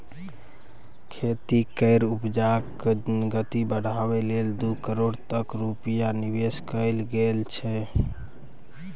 खेती केर उपजाक गति बढ़ाबै लेल दू करोड़ तक रूपैया निबेश कएल गेल छै